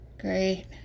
Great